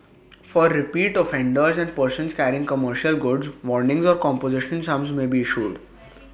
for repeat offenders and persons carrying commercial goods warnings or composition sums may be issued